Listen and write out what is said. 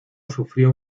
sufrió